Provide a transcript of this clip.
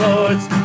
Lords